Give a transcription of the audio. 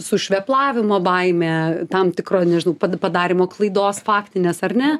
sušveplavimo baimė tam tikroj nežinau padarymo klaidos faktinės ar ne